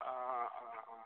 ആ ആ ആ